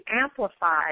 Amplified